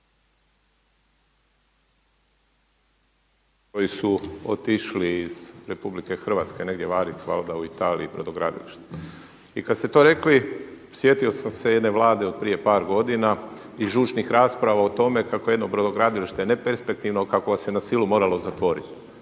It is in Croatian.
koji su otišli iz RH negdje varit valjda u Italiju u brodogradilište. I kad ste to rekli sjetio sam se jedne Vlade od prije par godina i žučnih rasprava o tome kako jedno brodogradilište ne perspektivno, kako ga se na silu moralo zatvoriti.